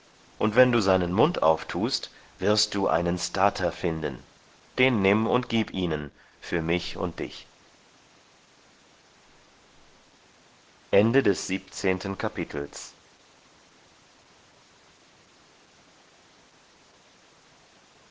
und wenn du seinen mund auftust wirst du einen stater finden den nimm und gib ihnen für mich und dich